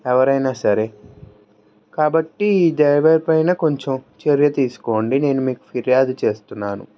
ఎవరైనా సరే కాబట్టి ఈ డ్రైవరు పైన కొంచెం చర్య తీసుకోండి నేను మీకు ఫిర్యాదు చేస్తున్నాను